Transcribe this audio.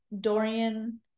dorian